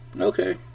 Okay